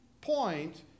point